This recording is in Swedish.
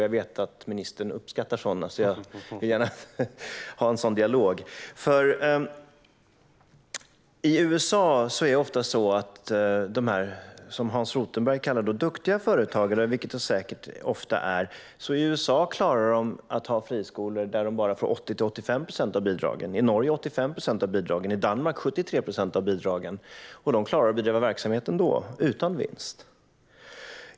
Jag vet att ministern uppskattar utblickar, så jag vill gärna ha en sådan dialog. I USA har de, som Hans Rothenberg kallar för duktiga företagare, klarat att driva friskolor för 80-85 procent av bidragen. I Norge får man 85 procent av bidragen och i Danmark får man 73 procent av bidragen. Där klarar man att ändå bedriva verksamhet utan vinst.